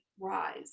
rise